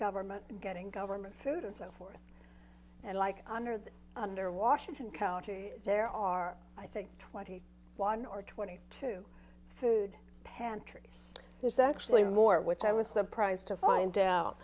government getting government food and so forth and like under the under washington county there are i think twenty one or twenty two food pantries there's actually more which i was surprised to find